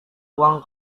uang